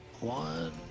one